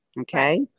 Okay